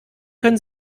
können